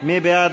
מי בעד?